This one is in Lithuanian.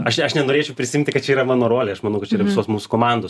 aš aš nenorėčiau prisiimti kad yra mano rolė aš manau kad čia yra visos mūsų komandos